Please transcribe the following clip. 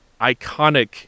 iconic